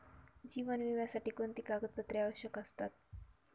जीवन विम्यासाठी कोणती कागदपत्रे आवश्यक असतात?